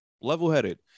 Level-headed